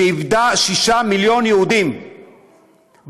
שאיבדה שישה מיליון יהודים בשואה?